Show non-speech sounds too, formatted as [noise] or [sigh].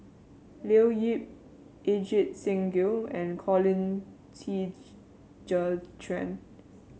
Leo Yip Ajit Singh Gill and Colin Qi [noise] Zhe Quan